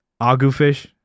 Agufish